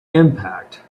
impact